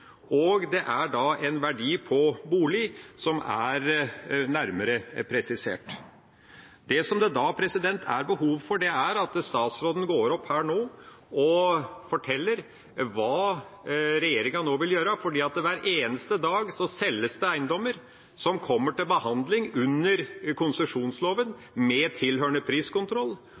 og det er en verdi på bolig som er nærmere presisert. Det som det da er behov for, er at statsråden går opp her og forteller hva regjeringa nå vil gjøre, fordi hver eneste dag selges det eiendommer som kommer til behandling under konsesjonsloven, med tilhørende priskontroll.